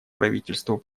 правительству